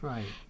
Right